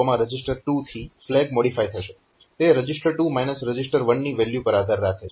CMP reg2reg1 થી flag modify થશે તે રજીસ્ટર 2 રજીસ્ટર 1 ની વેલ્યુ પર આધાર રાખે છે